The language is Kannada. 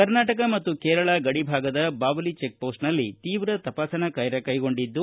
ಕರ್ನಾಟಕ ಮತ್ತು ಕೇರಳ ಗಡಿಭಾಗದ ಬಾವಲಿ ಚೆಕ್ ಪೋಸ್ಟ್ನಲ್ಲಿ ತೀವ್ರ ತಪಾಸಣಾ ಕಾರ್ಯ ಕೈಗೊಂಡಿದ್ದು